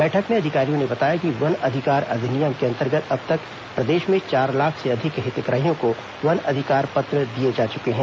बैठक में अधिकारियों ने बताया कि वन अधिकार अधिनियम के अंतर्गत अब तक प्रदेश में चार लाख से अधिक हितग्राहियों को वन अधिकार पत्र दिए जा चुके हैं